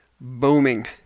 booming